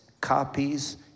copies